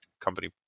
company